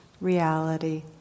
reality